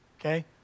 okay